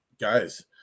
Guys